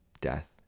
death